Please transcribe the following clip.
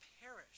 perish